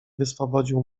wyswobodził